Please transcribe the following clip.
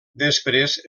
després